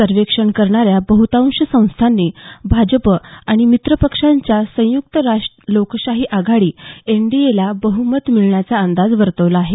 सर्वेक्षण करणाऱ्या बह्तांश संस्थांनी भाजप आणि मित्रपक्षांच्या राष्ट्रीय लोकशाही आघाडी एनडीएला बहुमत मिळण्याचा अंदाज वर्तवला आहे